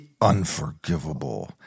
Unforgivable